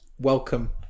Welcome